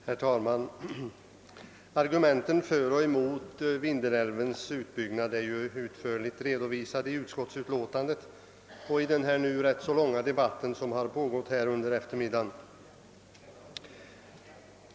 Herr talman! Argumenten för och emot Vindelälvens utbyggnad är utförligt redovisade i utskottsutlåtandet och i den rätt långa debatt som pågått här under eftermiddagen.